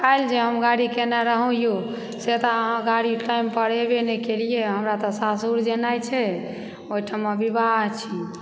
काल्हि जे हम गाड़ी केने रही यौ से तऽ अहाँ गाड़ी टाइम पर एबे नहि केलियै हमरा तऽ सासुर जेनाइ छै ओहिठाम विवाह छी